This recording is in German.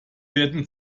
werden